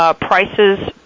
Prices